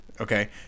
Okay